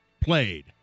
played